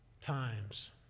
times